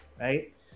right